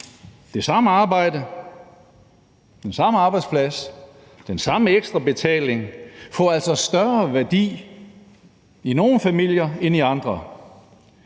Det samme arbejde, den samme arbejdsplads, den samme ekstra betaling får altså større værdi i nogle familier end i andre.